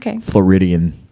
Floridian